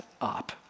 up